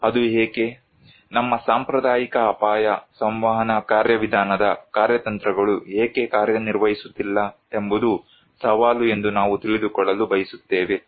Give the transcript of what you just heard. ಅದು ಏಕೆ ನಮ್ಮ ಸಾಂಪ್ರದಾಯಿಕ ಅಪಾಯ ಸಂವಹನ ಕಾರ್ಯವಿಧಾನದ ಕಾರ್ಯತಂತ್ರಗಳು ಏಕೆ ಕಾರ್ಯನಿರ್ವಹಿಸುತ್ತಿಲ್ಲ ಎಂಬುದು ಸವಾಲು ಎಂದು ನಾವು ತಿಳಿದುಕೊಳ್ಳಲು ಬಯಸುತ್ತೇವೆ